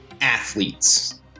athletes